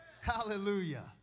Hallelujah